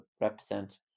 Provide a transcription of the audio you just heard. represent